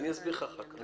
אסביר לך אחר כך.